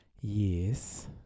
yes